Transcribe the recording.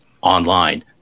online